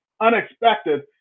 unexpected